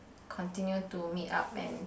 continue to meet up and